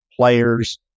players